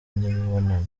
n’imibonano